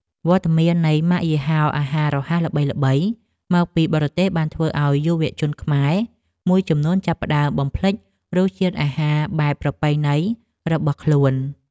វត្តមាននៃម៉ាកយីហោអាហាររហ័សល្បីៗមកពីបរទេសបានធ្វើឲ្យយុវជនខ្មែរមួយចំនួនចាប់ផ្តើមបំភ្លេចរសជាតិអាហារបែបប្រពៃណីរបស់ខ្លួនឯង។